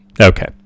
Okay